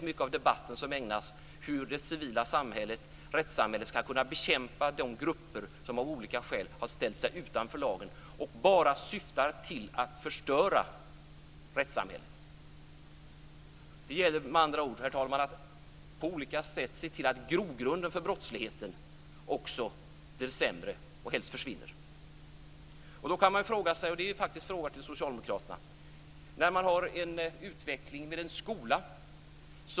Mycket av debatten ägnas åt hur det civila samhället ska kunna bekämpa de grupper som av olika skäl har ställt sig utanför lagen och bara syftar till att förstöra rättssamhället. Det gäller med andra ord, herr talman, att på olika sätt se till att grogrunden för brottsligheten också blir sämre och helst försvinner.